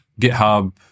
GitHub